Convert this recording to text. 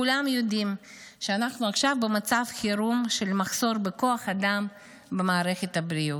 כולם יודעים שאנחנו עכשיו במצב חירום של מחסור בכוח אדם במערכת הבריאות.